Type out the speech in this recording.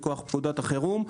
מכוח פקודת החירום.